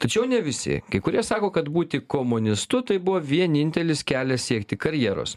tačiau ne visi kai kurie sako kad būti komunistu tai buvo vienintelis kelias siekti karjeros